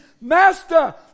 Master